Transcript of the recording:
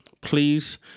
please